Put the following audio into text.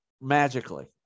magically